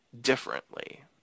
differently